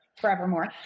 forevermore